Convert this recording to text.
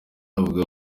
avuga